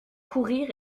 courir